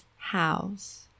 house